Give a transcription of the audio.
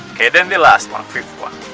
then the last one, fifth one.